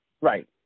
right